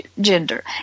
gender